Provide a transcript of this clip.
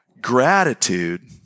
Gratitude